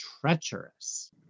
treacherous